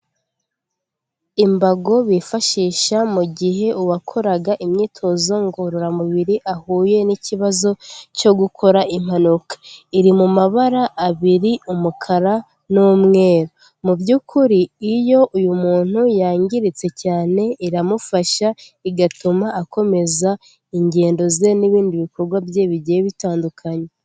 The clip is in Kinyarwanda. Imbago bifashisha mu gihe uwakoraga imyitozo ngororamubiri ahuye n'ikibazo cyo gukora impanuka, iri mu mabara abiri umukara n'umweru, mu by'ukuri iyo uyu muntu yangiritse cyane iramufasha igatuma akomeza ingendo ze n'ibindi bikorwa bye bigiye bitandukanye.